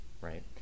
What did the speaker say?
right